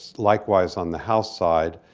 likewise on the house side.